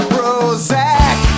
Prozac